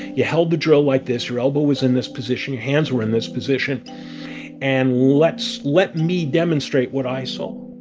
you held the drill like this. your elbow was in this position. your hands were in this position and let me demonstrate what i saw.